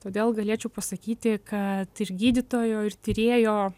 todėl galėčiau pasakyti kad ir gydytojo ir tyrėjo